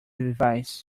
device